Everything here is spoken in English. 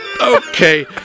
okay